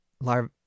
larvae